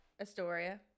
Astoria